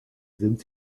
sind